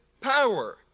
power